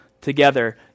Together